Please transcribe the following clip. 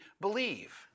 believe